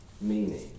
meaning